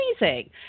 amazing